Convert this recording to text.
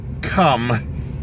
Come